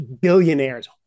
billionaires